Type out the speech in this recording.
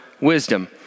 wisdom